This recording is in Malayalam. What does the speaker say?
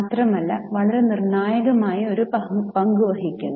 മാത്രമല്ല വളരെ നിർണായകമായ ഒരു പങ്കു വഹിക്കുന്നു